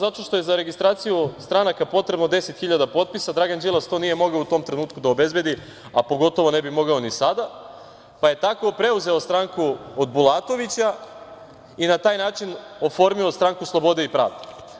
Zato što je za registraciju stranaka potrebno 10.000 potpisa, a Dragan Đilas to nije mogao u tom trenutku da obezbedi, a pogotovo ne bi mogao ni sada, pa je tako preuzeo stranku od Bulatovića i na taj način oformio stranku Slobode i pravde.